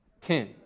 Ten